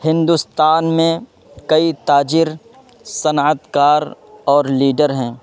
ہندوستان میں کئی تاجر صنعت کار اور لیڈر ہیں